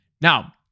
Now